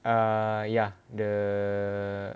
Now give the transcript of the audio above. ah ya the